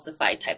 type